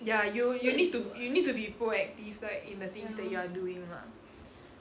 ya you'll you'll need to you'll need to be proactive like in the things that you are doing lah